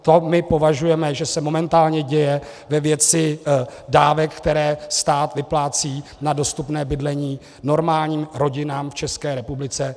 To my považujeme, že se momentálně děje ve věci dávek, které stát vyplácí na dostupné bydlení normálním rodinám v České republice.